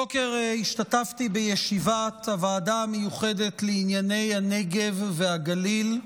הבוקר השתתפתי בישיבת הוועדה המיוחדת לענייני הנגב והגליל,